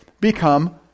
become